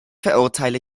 verurteile